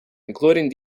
including